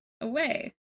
away